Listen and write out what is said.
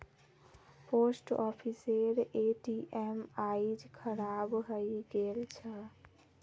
post ऑफिसेर ATM आइज खराब हइ गेल छ